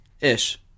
ish